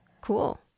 Cool